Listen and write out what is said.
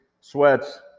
sweats